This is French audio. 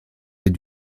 est